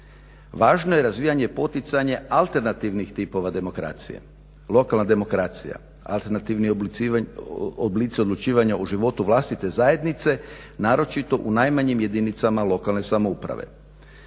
Važno je razvijanje poticaja alternativnih tipova demokracije. Lokalna demokracija, alternativni oblici odlučivanja u životu vlastite zajednice naročito u najmanjim jedinicama lokalne samouprave